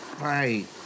right